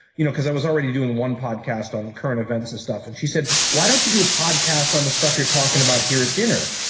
you know because i was already doing one podcast on current events, and and she said why don't you do a podcast on the stuff you're talking about here at dinner?